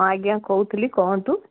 ହଁ ଆଜ୍ଞା କହୁଥିଲି କହନ୍ତୁ